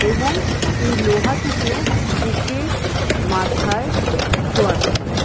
এবং সেই লোহাটিকেও বুকে মাথায় ছোঁয়াতে হয়